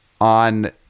on